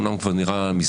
אמנם הוא כבר נראה מזמן,